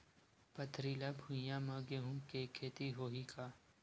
पथरिला भुइयां म गेहूं के खेती होही का?